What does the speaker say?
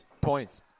Points